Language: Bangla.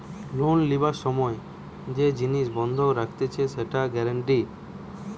লোন লিবার সময় যে জিনিস বন্ধক রাখতিছে সেটা গ্যারান্টি